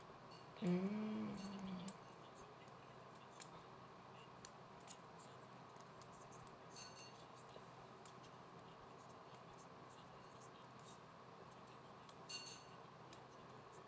mm